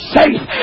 safe